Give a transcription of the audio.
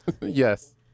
Yes